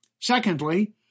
Secondly